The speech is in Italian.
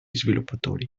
sviluppatori